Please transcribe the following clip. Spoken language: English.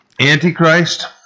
Antichrist